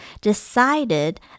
decided